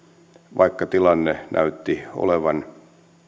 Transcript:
vaikka tilanne näytti olevan